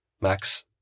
Max